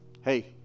hey